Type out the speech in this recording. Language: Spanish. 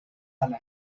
cada